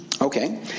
Okay